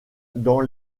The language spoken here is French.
dans